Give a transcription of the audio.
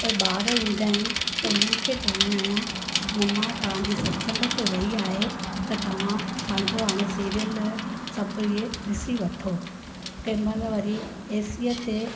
पर ॿार ईंदा आहिनि त उन्हनि खे चवंदी आहियां ममा तव्हांजी सतसंग ते वई आहे त तव्हां पंहिंजो हाणे सीरियल सभु इहे ॾिसी वठो कंहिं महिल वरी एसीअ ते